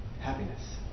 happiness